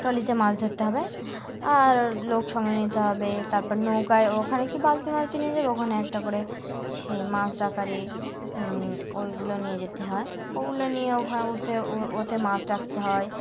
ট্রলিতে মাছ ধরতে হবে আর লোক সঙ্গে নিতে হবে তারপর নৌকায় ওখানে কি বালতি মালতি নিয়ে যাবে ওখানে একটা করে সেই মাছ ডকারে ওইগুলো নিয়ে যেতে হয় ওগুলো নিয়ে ওখানে ওতে ওতে মাছ রাখতে হয়